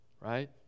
right